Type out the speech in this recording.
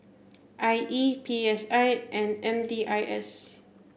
I E P S I and M D I S